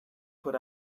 put